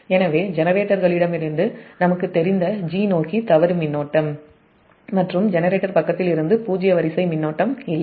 எனவே ஜெனரேட்டர்களிடமிருந்து நமக்குத் தெரிந்த 'g'நோக்கி தவறு மின்னோட்டம் மற்றும் ஜெனரேட்டர் பக்கத்தில் இருந்து பூஜ்ஜிய வரிசை மின்னோட்டம் இல்லை